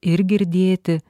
ir girdėti